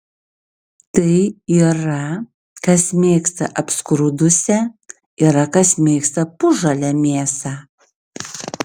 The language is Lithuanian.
tai yra kas mėgsta apskrudusią yra kas mėgsta pusžalę mėsą